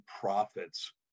profits